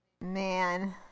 Man